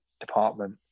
department